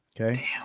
Okay